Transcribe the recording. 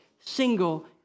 single